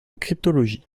cryptologie